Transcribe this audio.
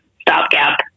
stopgap